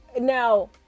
Now